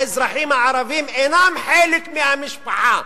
האזרחים הערבים אינם חלק מהמשפחה.